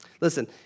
Listen